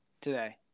Today